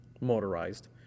motorized